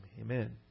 Amen